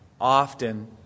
often